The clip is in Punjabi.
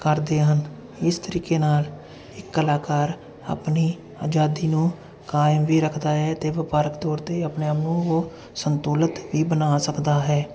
ਕਰਦੇ ਹਨ ਇਸ ਤਰੀਕੇ ਨਾਲ ਇੱਕ ਕਲਾਕਾਰ ਆਪਣੀ ਅਜ਼ਾਦੀ ਨੂੰ ਕਾਇਮ ਵੀ ਰੱਖਦਾ ਹੈ ਅਤੇ ਵਪਾਰਕ ਤੌਰ 'ਤੇ ਆਪਣੇ ਆਪ ਨੂੰ ਉਹ ਸੰਤੁਲਿਤ ਵੀ ਬਣਾ ਸਕਦਾ ਹੈ